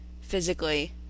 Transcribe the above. physically